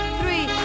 three